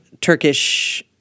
Turkish